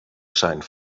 zijn